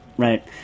Right